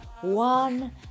one